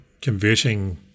converting